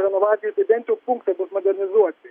renovaciją tai bent jau punktai bus modernizuoti